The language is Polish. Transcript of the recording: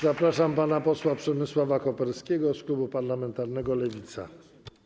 Zapraszam pana posła Przemysława Koperskiego z klubu parlamentarnego Lewica.